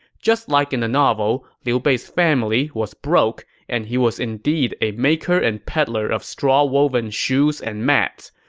just like in the novel, liu bei's family was broke and he was indeed a maker and peddler of straw-woven shoes and mats.